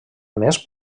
més